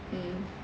mm